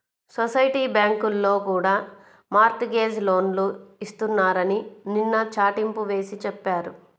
society బ్యాంకుల్లో కూడా mortgage లోన్లు ఇస్తున్నారని నిన్న చాటింపు వేసి చెప్పారు